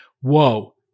whoa